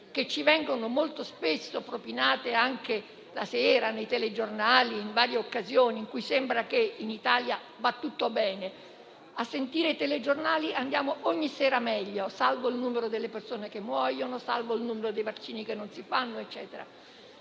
accattivanti, molto spesso propinate anche la sera nei telegiornali e in varie occasioni in cui sembra che in Italia vada tutto bene (a sentire i telegiornali, andiamo ogni sera meglio, salvo il numero delle persone che muoiono e il numero dei vaccini che non si fanno), raramente